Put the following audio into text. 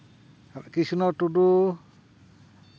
ᱠᱤᱥᱱᱚ ᱴᱩᱰᱩ